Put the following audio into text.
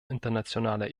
internationaler